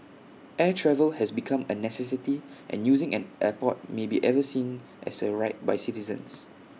air travel has become A necessity and using an airport may be ever seen as A right by citizens